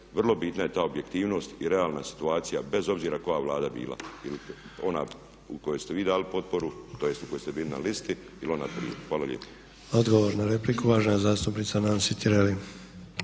vrlo bitna je ta objektivnost i realna situacija bez obzira koja Vlada bila ili ona kojoj ste vi dali potporu, tj. u kojoj ste bili na listi ili ona prije. Hvala lijepo.